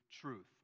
truth